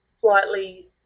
slightly